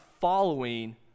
following